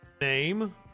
name